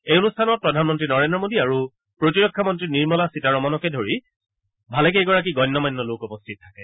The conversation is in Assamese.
এই অনুষ্ঠানত প্ৰধানমন্ত্ৰী নৰেন্দ্ৰ মোডী আৰু প্ৰতিৰক্ষা মন্ত্ৰী নিৰ্মলা সীতাৰমনকে ধৰি ভালেমান গণ্য মান্য লোক উপস্থিত থাকে